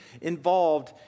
involved